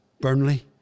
Burnley